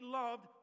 loved